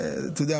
אתה יודע,